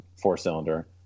four-cylinder